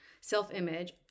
self-image